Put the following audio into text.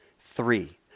Three